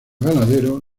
ganadero